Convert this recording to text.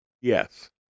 Yes